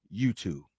YouTube